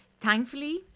Thankfully